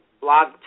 blog